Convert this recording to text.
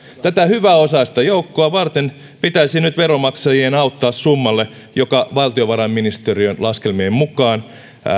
tätä hyväosaista joukkoa varten pitäisi nyt veronmaksajien auttaa summalla joka valtiovarainministeriön laskelmien mukaan